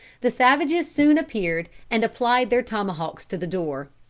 the savages soon appeared, and applied their tomahawks to the door.